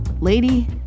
Lady